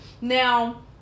Now